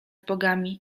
bogami